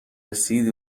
رسید